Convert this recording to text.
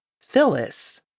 Phyllis